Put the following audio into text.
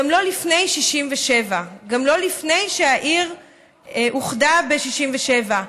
גם לא לפני 67'; גם לא לפני שהעיר אוחדה ב-67'.